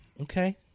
Okay